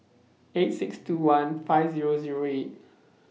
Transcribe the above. eight six two one five Zero Zero eight